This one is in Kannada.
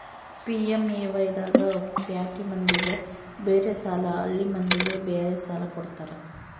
ಪಿ.ಎಮ್.ಎ.ವೈ ದಾಗ ಪ್ಯಾಟಿ ಮಂದಿಗ ಬೇರೆ ಸಾಲ ಹಳ್ಳಿ ಮಂದಿಗೆ ಬೇರೆ ಸಾಲ ಕೊಡ್ತಾರ